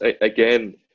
again